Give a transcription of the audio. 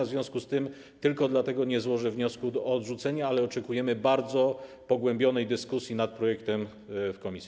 W związku z tym tylko dlatego nie złożę wniosku o odrzucenie, ale oczekujemy bardzo pogłębionej dyskusji nad projektem w komisji.